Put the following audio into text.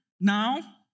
now